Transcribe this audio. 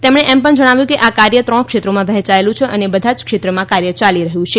તેમણે એમ પણ જણાવ્યું કે આ કાર્ય ત્રણ ક્ષેત્રોમાં વહેંચાયેલું છે અને બધા જ ક્ષેત્રમાં કાર્ય ચાલી રહ્યું છે